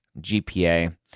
GPA